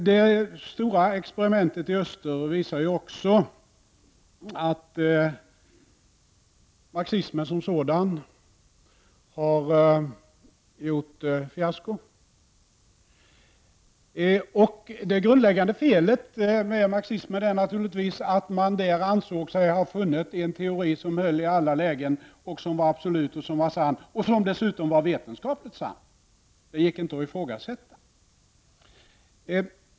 Det stora experimentet i öster visar också att marxismen som sådan har gjort fiasko. Det grundläggande felet med marxismen är naturligtvis att man där ansåg sig ha funnit en teori som höll i alla lägen, som var absolut och sann och som dessutom var vetenskapligt sann — den gick inte att ifrågasätta.